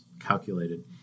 calculated